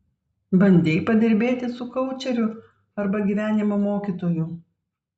bandei padirbėti su koučeriu arba gyvenimo mokytoju